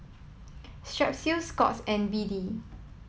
Strepsils Scott's and B D